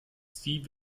sie